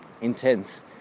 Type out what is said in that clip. intense